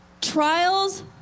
Trials